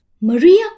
Maria